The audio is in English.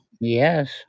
Yes